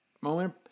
moment